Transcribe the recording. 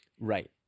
Right